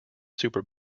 super